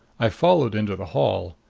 i followed into the hall.